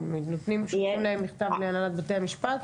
שולחים להם מכתב להנהלת בתי המשפט?